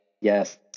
Yes